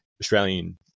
Australian